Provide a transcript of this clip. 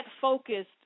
focused